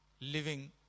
Living